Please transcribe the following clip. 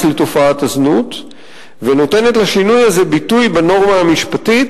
לתופעת הזנות ונותנת לשינוי הזה ביטוי בנורמה המשפטית,